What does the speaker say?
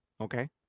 Okay